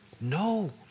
No